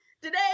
Today